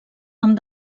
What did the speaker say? amb